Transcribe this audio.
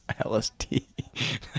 LSD